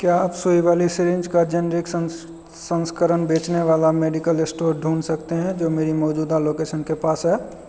क्या आप सुई वाली सिरिंज का जेनेरिक संस संस्करण बेचने वाला मेडिकल स्टोर ढूँढ सकते हैं जो मेरी मौजूदा लोकेशन के पास है